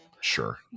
Sure